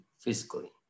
physically